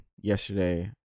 yesterday